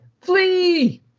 flee